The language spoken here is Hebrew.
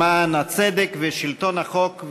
למען הצדק ושלטון החוק,